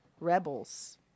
Rebels